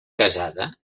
casada